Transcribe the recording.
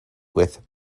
with